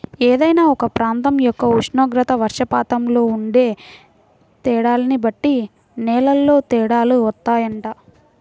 ఏదైనా ఒక ప్రాంతం యొక్క ఉష్ణోగ్రత, వర్షపాతంలో ఉండే తేడాల్ని బట్టి నేలల్లో తేడాలు వత్తాయంట